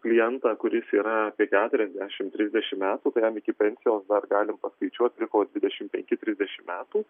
klientą kuris yra apie keturiasdešimt trisdešimt metų kuriam iki pensijos dar galima skaičiuot liko dvidešimt penki trisdešimt metų